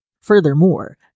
Furthermore